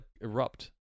erupt